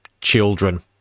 children